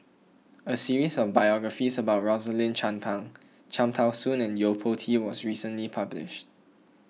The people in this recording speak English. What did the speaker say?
a series of biographies about Rosaline Chan Pang Cham Tao Soon and Yo Po Tee was recently published